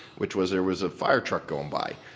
which was there was a fire truck going by,